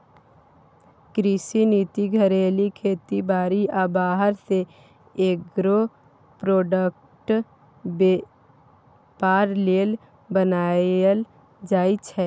कृषि नीति घरेलू खेती बारी आ बाहर सँ एग्रो प्रोडक्टक बेपार लेल बनाएल जाइ छै